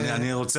אני רוצה